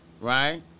right